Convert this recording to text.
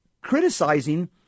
criticizing